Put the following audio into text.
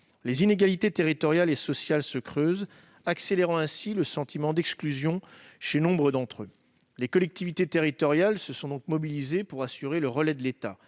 Les inégalités territoriales et sociales se creusent, accélérant ainsi le sentiment d'exclusion chez nombre d'entre eux. Les collectivités territoriales se sont mobilisées pour assurer le relais de l'État.